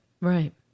right